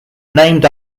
named